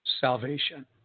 salvation